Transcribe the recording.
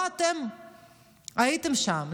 לא אתם הייתם שם,